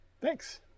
Thanks